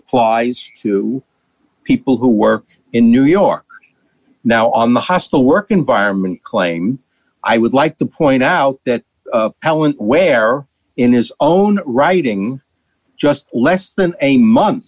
applies to people who work in new york now on the hostile work environment claim i would like to point out that helen where in his own writing just less than a month